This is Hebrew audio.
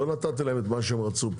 לא נתתי להם את מה שהם רצו,